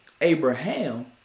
Abraham